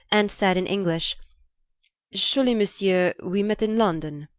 and said in english surely, monsieur, we met in london?